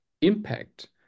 impact